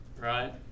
right